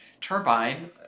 Turbine